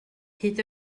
hyd